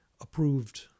approved